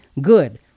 good